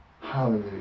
Hallelujah